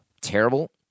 Terrible